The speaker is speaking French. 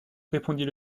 répondit